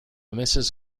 mrs